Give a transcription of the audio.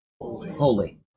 holy